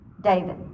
David